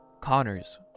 connor's